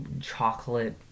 chocolate